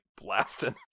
blasting